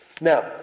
Now